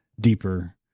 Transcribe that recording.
deeper